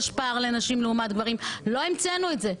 לא המצאנו את זה.